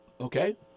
Okay